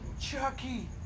Chucky